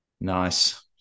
Nice